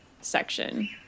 section